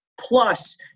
Plus